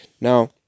now